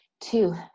two